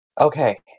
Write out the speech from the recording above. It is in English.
Okay